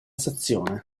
stazione